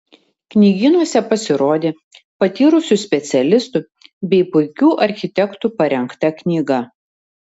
knygynuose pasirodė patyrusių specialistų bei puikių architektų parengta knyga